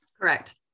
Correct